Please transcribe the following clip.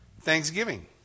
thanksgiving